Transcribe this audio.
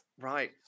right